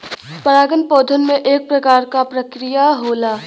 परागन पौधन में एक प्रकार क प्रक्रिया होला